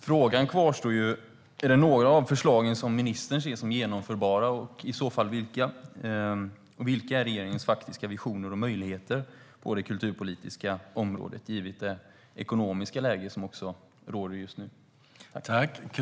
Frågan kvarstår: Ser ministern några av förslagen som genomförbara, och i så fall vilka? Och vilka är regeringens faktiska visioner och möjligheter på det kulturpolitiska området givet det ekonomiska läge som råder just nu?